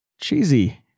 Cheesy